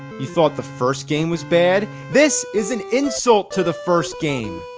you thought the first game was bad? this is an insult to the first game!